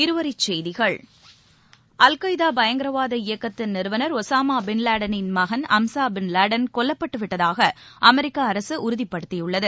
இருவரிச்செய்திகள் அல் கப்தாபயங்கரவாத இயக்கத்தின் நிறுவனர் ஒசாமாபின்லேடனின் மகன் மகன் ஹம்சாபின்லேடன் கொல்லப்பட்டுவிட்டதாகஅமெரிக்கஅரசுஉறுதிப்படுத்தியுள்ளது